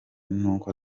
n’uko